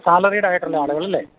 salaried ആയിട്ടുള്ള ആളുകൾ അല്ലേ